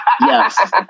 Yes